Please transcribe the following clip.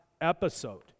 episode